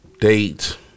date